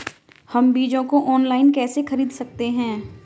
हम बीजों को ऑनलाइन कैसे खरीद सकते हैं?